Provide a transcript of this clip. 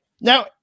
Now